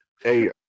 Hey